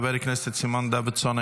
חבר הכנסת סימון דוידסון,